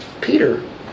Peter